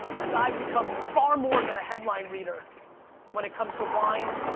as i've become far more than a headline reader when it comes to wine,